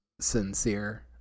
sincere